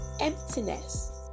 emptiness